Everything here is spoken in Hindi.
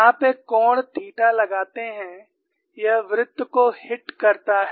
आप एक कोण थीटा लगाते हैं यह वृत्त को हिट करता है